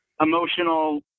emotional